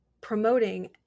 promoting